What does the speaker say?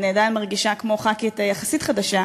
עדיין מרגישה כמו חברת כנסת יחסית חדשה,